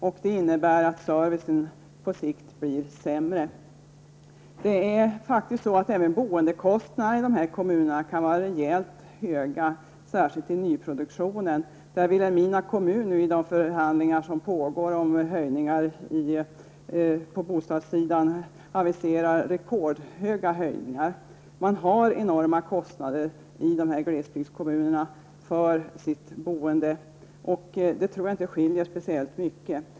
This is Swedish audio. Det innebär att servicen på sikt blir sämre. Även boendekostnaderna i dessa kommuner kan vara rejält höga, särskilt i nyproduktionen. Vilhelmina kommun har i de förhandlingar som nu pågår om hyreshöjningar för bostäder aviserat rekordhöga höjningar. Man har enorma kostnader för boendet i dessa glesbygdskommuner, och det skiljer inte speciellt mycket.